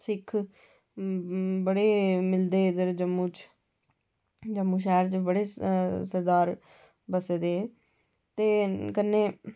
बड़े मिलदे इद्धर जम्मू च शैहर च बड़े सरदार बसदे ते कन्नै